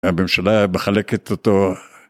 הממשלה מחלקת אותו